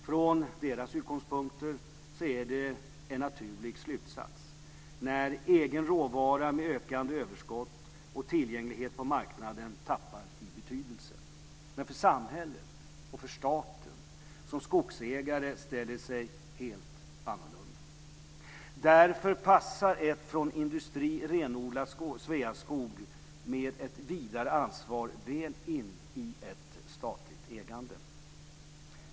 Från dess utgångspunkter är det en naturlig slutsats när egen råvara med ökande överskott och tillgänglighet på marknaden tappar i betydelse. För samhället och för staten som skogsägare ställer det sig helt annorlunda. Därför passar ett från industri renodlat Sveaskog med ett vidare ansvar väl in i ett statligt ägande.